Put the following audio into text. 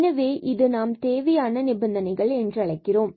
எனவே இதுவே நாம் தேவையான நிபந்தனைகள் என்றழைக்கிறோம்